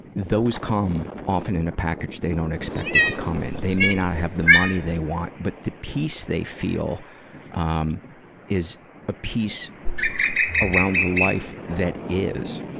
those come often in a package they don't expect it to come in. they may not have the money they want but the peace they feel um is a peace around the life that is,